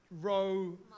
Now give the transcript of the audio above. row